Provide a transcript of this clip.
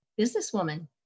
businesswoman